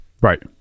Right